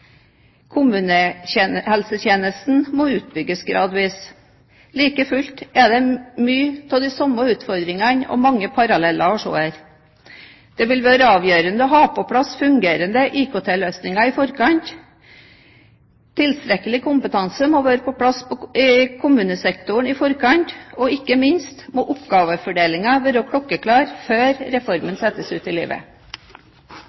Kommunehelsetjenesten må utbygges gradvis. Like fullt er det mange av de samme utfordringene og mange paralleller å se her. Det vil være avgjørende å ha på plass fungerende IKT-løsninger i forkant. Tilstrekkelig kompetanse må være på plass i kommunesektoren i forkant, og ikke minst må oppgavefordelingen være klokkeklar før reformen